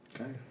Okay